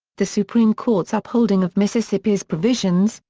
the supreme court's upholding of mississippi's provisions,